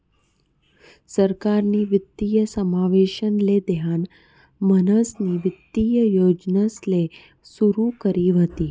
सरकारनी वित्तीय समावेशन ले ध्यान म्हणीसनी वित्तीय योजनासले सुरू करी व्हती